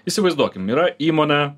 įsivaizduokim yra įmonė